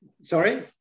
sorry